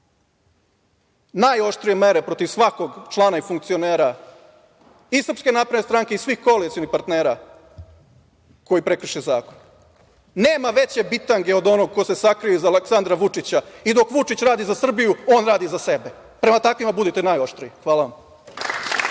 najoštrije mere protiv svakog člana i funkcionera i SNS i svih koalicionih partnera koji prekrše zakon. Nema veće bitange od onog ko se sakrio iza Aleksandra Vučića i dok Vučić radi za Srbiju on radi za sebe. Prema takvima budite najoštriji. Hvala vam.